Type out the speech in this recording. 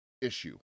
issue